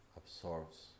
absorbs